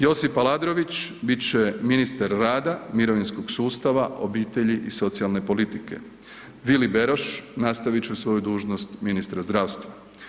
Josip Aladrović bit će ministar rada, mirovinskog sustava, obitelji i socijalne politike, Vili Beroš nastavit će svoju dužnost ministra zdravstva.